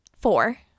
Four